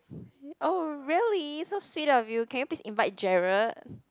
oh really so sweet of you can you please invite Jerard